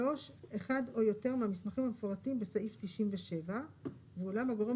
3. אחד או יותר מהמסכים המפורטים בסעיף 97 ואולם הגורם